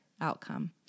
outcome